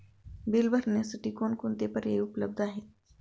Bill भरण्यासाठी कोणकोणते पर्याय उपलब्ध आहेत?